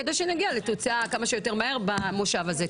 כדי שנגיע לתוצאה כמה שיותר מהר במושב הזה.